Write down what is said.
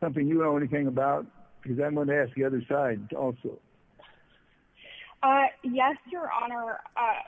something you have anything about because i'm going to ask the other side also yes your honor i